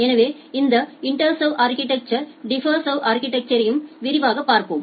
எனவே இந்த இன்டெர்வ் அா்கிடெக்சரையும் டிஃப் சர்வ் அா்கிடெக்சரையும் விரிவாகப் பார்ப்போம்